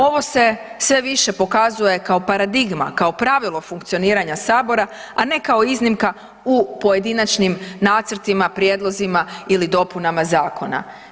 Ovo se sve više pokazuje kao paradigma, kao pravilo funkcioniranja sabora, a ne kao iznimka u pojedinačnim nacrtima, prijedlozima ili dopunama zakona.